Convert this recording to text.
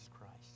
Christ